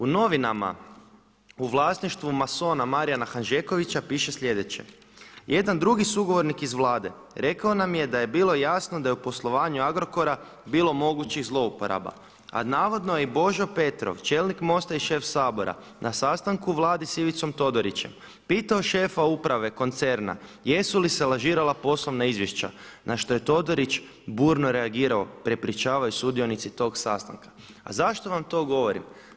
U novinama u vlasništvu masona Marijana Hanžekovića piše sljedeće: „Jedan drugi sugovornik iz Vlade rekao nam je da je bilo jasno da je u poslovanju Agrokora bilo mogućih zlouporaba, a navodno je i Božo Petrov, čelnik MOST-a i šef Sabora na sastanku u Vladi s Ivicom Todorićem pitao šefa uprave koncerna jesu li se lažirala poslovna izvješća na što je Todorić burno reagirao, prepričavaju sudionici tog sastanka.“ A zašto vam to govorim?